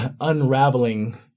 unraveling